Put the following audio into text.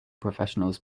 professionals